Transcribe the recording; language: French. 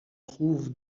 trouve